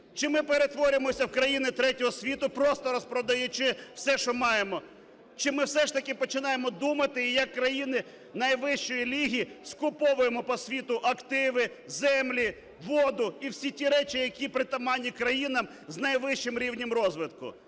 Чи ми перетворюємося в країну третього світу, просто розпродаючи все, що маємо, чи ми все ж таки починаємо думати і як країни найвищої ліги скуповуємо по світу активи, землі, воду і всі ті речі, які притаманні країнам з найвищим рівнем розвитку.